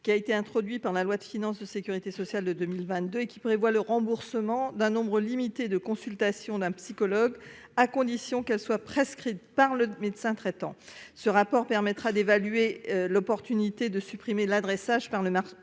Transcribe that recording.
qui a été introduit par la loi de finances de Sécurité sociale de 2022, et qui prévoit le remboursement d'un nombre limité de consultation d'un psychologue, à condition qu'elle soit prescrite par le médecin traitant ce rapport permettra d'évaluer l'opportunité de supprimer l'adressage par le marché,